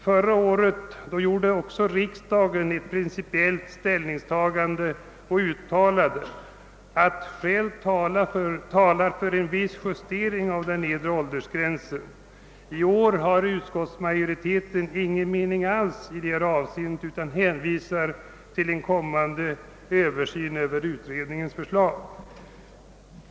Förra året tog riksdagen ställning principiellt och uttalade att skäl finns för en justering av den nedre åldersgränsen. I år har utskottsmajoriteten ingen mening alls härvidlag utan hänvisar till en kommande översyn av utredningens förslag.